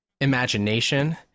imagination